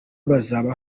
baza